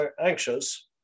anxious